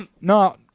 no